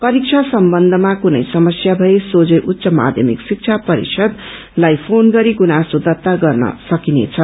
परीक्षा सम्बन्धमा कुनै समस्या भए सोश्री उच्च माध्यमिक शिक्षा परिषदलाई फोन गरी गुनासो दर्ता गर्न सकिनेछ